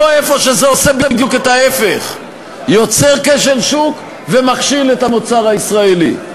לא איפה שזה עושה בדיוק את ההפך: יוצר כשל שוק ומכשיל את המוצר הישראלי.